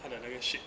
他的那个 ship